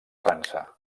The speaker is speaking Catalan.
frança